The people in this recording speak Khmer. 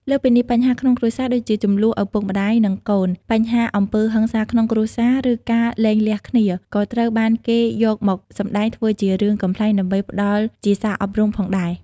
លើសពីនេះ បញ្ហាក្នុងគ្រួសារដូចជាជម្លោះឪពុកម្ដាយ និងកូន បញ្ហាអំពើហិង្សាក្នុងគ្រួសារ ឬការលែងលះគ្នា ក៏ត្រូវបានគេយកមកសម្ដែងធ្វើជារឿងកំប្លែងដើម្បីផ្ដល់ជាសារអប់រំផងដែរ។